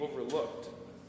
overlooked